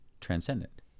transcendent